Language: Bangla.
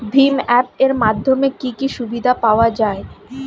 ভিম অ্যাপ এর মাধ্যমে কি কি সুবিধা পাওয়া যায়?